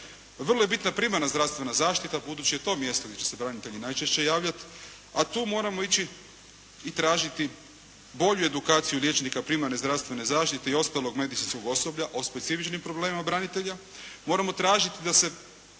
Vrlo je bitna primarna zdravstvena zaštita budući je to mjesto gdje će se branitelji najčešće javljati, a tu moramo ići i tražiti bolju edukaciju liječnika primarne zdravstvene zaštite i ostalog medicinskog osoblja o specifičnim problemima braniteljima,